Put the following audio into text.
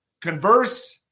converse